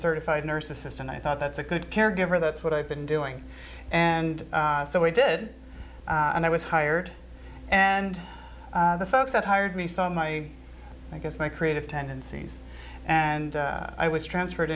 certified nurse assistant i thought that's a good caregiver that's what i've been doing and so i did and i was hired and the folks that hired me saw my i guess my creative tendencies and i was transferred